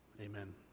amen